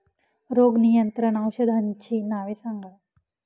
रोग नियंत्रण औषधांची नावे सांगा?